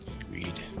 Agreed